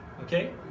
okay